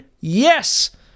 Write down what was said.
yes